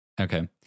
Okay